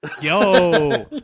Yo